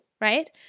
right